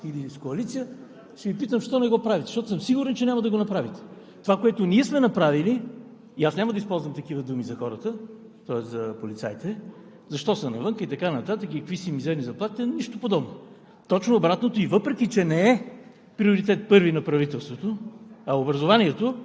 Аз обаче ще направя друго – ще запомня Вашите предложения и някога в бъдещето, ако дойдете на власт или с коалиция, ще Ви питам защо не го правите. Защото съм сигурен, че няма да го направите. Това, което ние сме направили, и аз няма да използвам такива думи за хората, тоест за полицаите – защо са навън и така нататък, и какви са им мизерни заплатите. Нищо подобно,